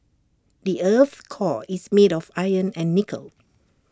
the Earth's core is made of iron and nickel